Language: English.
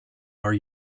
are